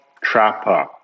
trapper